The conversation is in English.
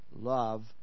love